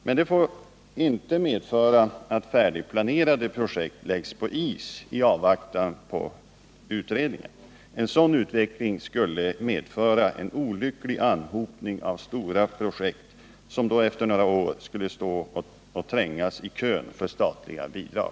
Men det får inte medföra att färdigplanerade projekt läggs på is i avvaktan på utredningen. En sådan utveckling skulle leda till en olycklig anhopning av stora projekt, som då efter några år skulle stå och trängas i kön för statliga bidrag.